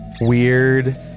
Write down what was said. weird